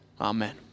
Amen